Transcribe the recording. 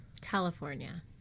California